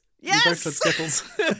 Yes